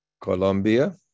Colombia